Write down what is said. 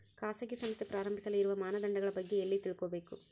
ಖಾಸಗಿ ಸಂಸ್ಥೆ ಪ್ರಾರಂಭಿಸಲು ಇರುವ ಮಾನದಂಡಗಳ ಬಗ್ಗೆ ಎಲ್ಲಿ ತಿಳ್ಕೊಬೇಕು?